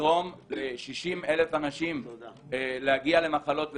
תגרום ל-60,000 אנשים להגיע למחלות ולמוות.